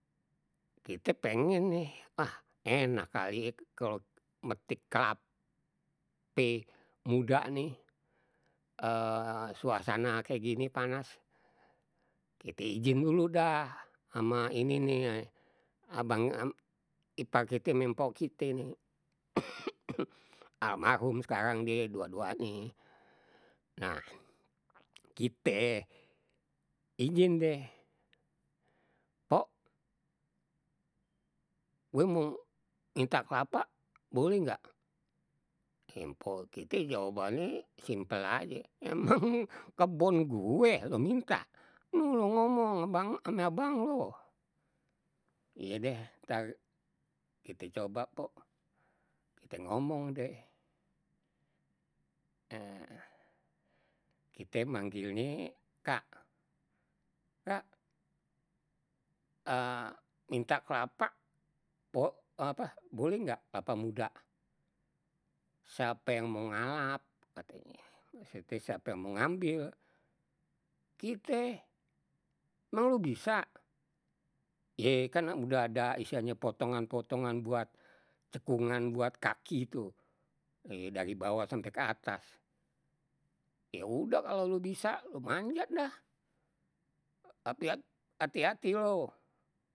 Kite pengen nih, ah enak kali kalau metik klap pe muda nih, suasana kayak gini panas, kite izin dulu dah ama ini nih, abang, ipar kita memang mpok kita nih, almarhum sekarang deh dua- duanya, nah kite izin deh, pok, gue mau minta kelapa, boleh enggak, mpok kite jawabannye simpel aje, emang kebun gue lo minta, lo ame abang lo, iya deh ntar kite coba pok, kite ngomong deh, kita manggilnye kak, kak, minta kelapa, pok, apa, boleh enggak apa kelapa muda, siape yang mau ngalap katenye, sape siape yang mau ngambil, kite, emang lo bisa, ya kan udah ada istilahnye potongan- potongan buat cekungan buat kaki tuh, ye dari bawah sampai ke atas, ye udah kalau lo bisa, lo manjat dah, hati- hat hati- hati lo.